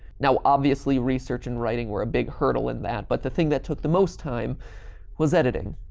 now, obviously research and writing were a big hurdle in that, but the thing that took the most time was editing.